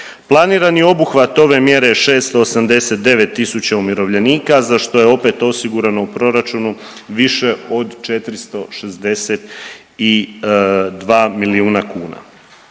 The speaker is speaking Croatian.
planiran je obuhvat ove mjere 689 tisuća umirovljenika za što je opet osigurano u proračunu više od 462 milijuna kuna.